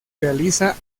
realiza